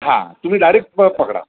हां तुम्ही डायरेक प पकडा